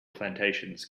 plantations